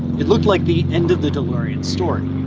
it looked like the end of the delorean story.